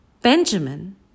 Benjamin